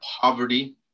poverty